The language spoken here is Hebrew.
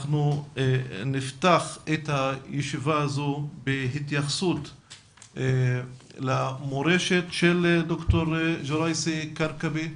אנחנו נפתח את הישיבה הזו בהתייחסות למורשת של ד"ר ג'ראייסי-כרכבי,